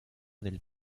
del